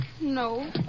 No